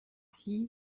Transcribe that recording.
six